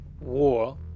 war